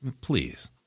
Please